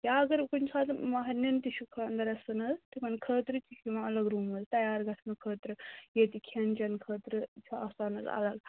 یا اَگر کُنہٕ ساتہٕ مہَرنٮ۪ن تہِ چھُ خانٛدَر آسان حظ تِمَن خٲطرٕ تہِ چھُ یِوان الگ روٗم حظ تیار گژھنہٕ ییٚتہِ کھٮ۪ن چٮ۪ن خٲطرٕ چھُ آسان حظ اَلگ